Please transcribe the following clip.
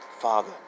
father